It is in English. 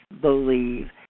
believe